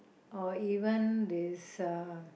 or even this ah